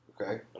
Okay